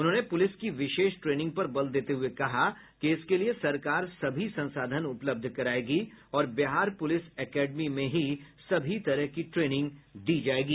उन्होंने पुलिस की विशेष ट्रेनिंग पर बल देते हुए कहा कि इसके लिए सरकार सभी संसाधन उपलब्ध करायेगी और बिहार पुलिस एकेडमी में ही सभी तरह की ट्रेनिंग दी जायेगी